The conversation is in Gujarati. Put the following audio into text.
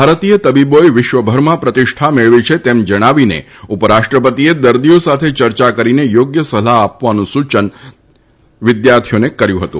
ભારતીય તબીબોચ્ચ વિશ્વભરમાં પ્રતિષ્ઠા મેળવી છે તેમ જણાવીને ઉપરાષ્ટ્રપતિએ દર્દીઓ સાથે ચર્ચા કરીને યોગ્ય સલાહ આપવાનું સૂચન વિદ્યાર્થીઓને કર્યું હતું